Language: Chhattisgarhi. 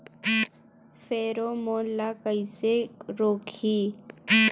फेरोमोन ला कइसे रोकही?